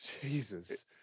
Jesus